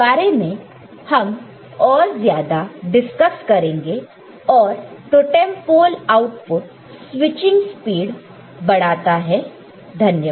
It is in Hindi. इसके बारे में हम और ज्यादा डिस्कस करेंगे और totem pole output switching speed बढ़ाता है